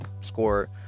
score